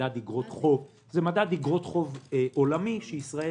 מדד איגרות חוב עולמי -- מה זה?